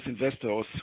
investors